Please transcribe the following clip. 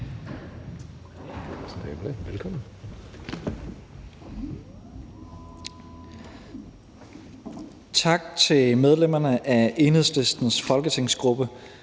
Tak til medlemmerne af Enhedslistens folketingsgruppe,